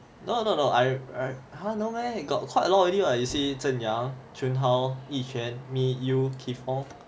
no no no I I !huh! no meh got quite lot already lah you see chun hao yi xuan me you kee fong